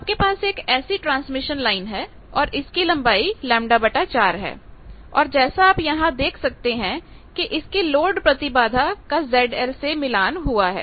आपके पास एक ऐसी ट्रांसमिशन लाइन है और इसकी लंबाई λ4 है और जैसा आप यहां देख सकते हैं किसका लोड प्रतिबाधा ZL से मिलान हुआ है